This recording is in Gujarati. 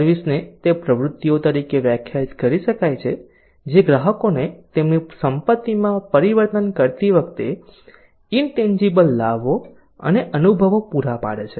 સર્વિસ ને તે પ્રવૃત્તિઓ તરીકે વ્યાખ્યાયિત કરી શકાય છે જે ગ્રાહકોને તેમની સંપત્તિમાં પરિવર્તન કરતી વખતે ઇનટેન્જીબલ લાભો અને અનુભવો પૂરા પાડે છે